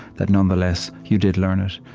that, nonetheless, you did learn it.